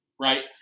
right